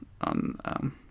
on